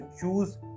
choose